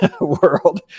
world